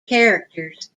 characters